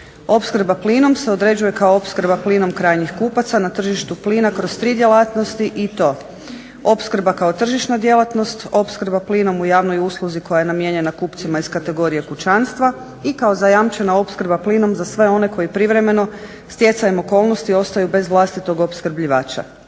Opskrba plinom se određuje kao opskrba plinom krajnjih kupaca na tržištu plina kroz 3 djelatnosti i to: opskrba kao tržišna djelatnost, opskrba plinom u javnoj usluzi koja je namijenjena kupcima iz kategorije kućanstva i kao zajamčena opskrba plinom za sve one koji privremeno stjecajem okolnosti ostaju bez vlastitog opskrbljivača.